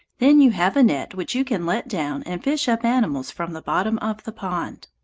then you have a net which you can let down and fish up animals from the bottom of the pond.